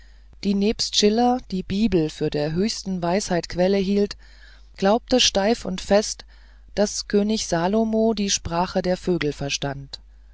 die nebst schiller die bibel für der höchsten weisheit quell hielt glaubte steif und fest daß könig salomo die sprache der vögel verstand